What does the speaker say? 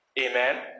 Amen